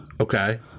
Okay